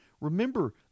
Remember